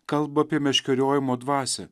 kalba apie meškeriojimo dvasią